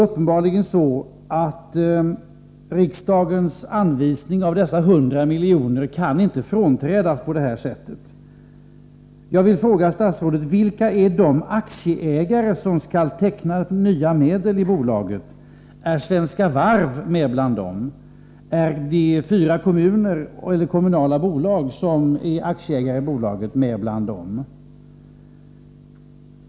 Uppenbarligen kan inte riksdagens anvisning av de 100 miljonerna frånträdas på detta sätt. Jag vill fråga statsrådet: Vilka är de aktieägare som skall tillföra bolaget nya medel? Är Svenska Varv med bland dem? Är de fyra kommunala bolag som är aktieägare i Landskrona Finans med bland dem?